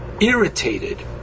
irritated